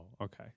okay